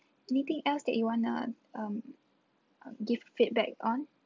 anything else that you wanna um give feedback on